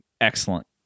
excellent